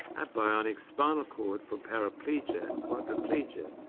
a bionic spinal cord for paraplegia and quadriplegia,